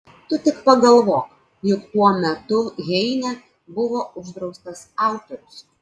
tu tik pagalvok juk tuo metu heine buvo uždraustas autorius